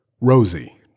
Rosie